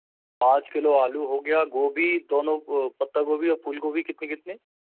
पाँच किलो आलू हो गया गोभी दोनों पत्ता गोभी और फूल गोभी कितनी कितनी